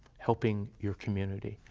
helping your community,